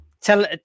tell